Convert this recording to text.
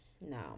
No